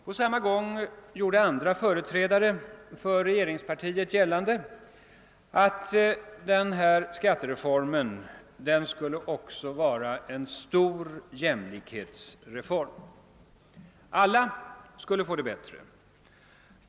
På samma gång gjorde andra företrädare för regeringspartiet gällande, att den här skattereformen också skulle vara en stor jämlikhetsreform. Alla skulle få det bättre.